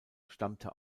stammte